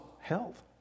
health